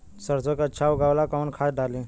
सरसो के अच्छा उगावेला कवन खाद्य डाली?